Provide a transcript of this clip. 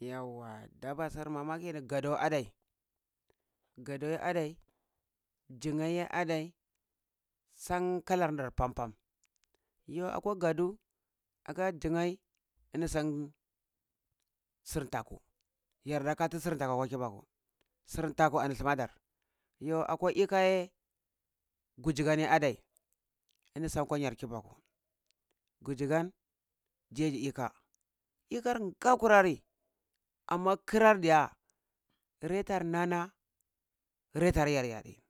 Yauwa dabasar mamakini gadau adai, gadau adai, jugəiya adai san kalar dar pampam yo akwa gadu aka jigəl lni san sir ntaku yarda kati sir thaku akwa kibaku sir ntaku ani thima dar yo akwa ika ya gujigan adai ni san kwa yar kibaku gujigan jeji ika, ika nga kurari amma kirar diya retar nana retar yaryare